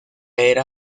era